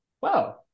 wow